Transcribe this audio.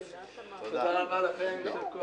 ממני?